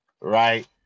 right